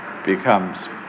becomes